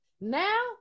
now